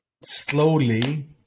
slowly